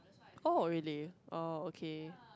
oh really oh okay